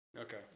Okay